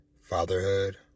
fatherhood